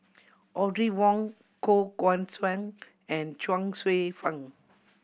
Audrey Wong Koh Guan Song and Chuang Hsueh Fang